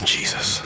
Jesus